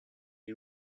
est